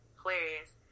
hilarious